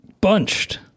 bunched